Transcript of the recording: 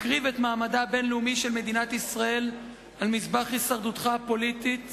מקריב את מעמדה הבין-לאומי של מדינת ישראל על מזבח הישרדותך הפוליטית